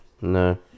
No